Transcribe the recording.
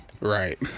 Right